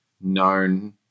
known